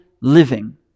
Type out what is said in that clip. living